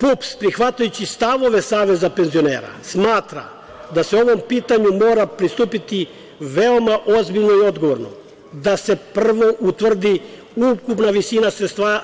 Partija ujedinjenih penzionera Srbije prihvatajući stavove Saveza penzionera, smatra da se ovom pitanju mora pristupiti veoma ozbiljno i odgovorno, da se prvo utvrdi ukupna visina